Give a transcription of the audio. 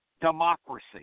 democracy